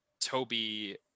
Toby